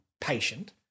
patient